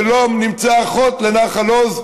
כי לא נמצאה אחות בנחל עוז,